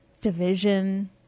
division